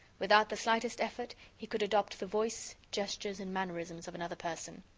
without the slightest effort, he could adopt the voice, gestures and mannerisms of another person.